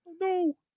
No